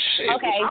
Okay